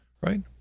Right